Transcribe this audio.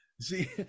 See